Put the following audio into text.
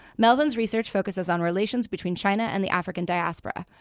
melvin's research focuses on relations between china and the african diaspora.